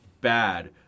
bad